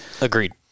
Agreed